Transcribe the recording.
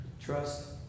Trust